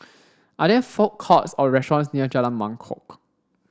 are there food courts or restaurants near Jalan Mangkok